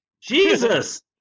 Jesus